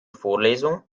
vorlesung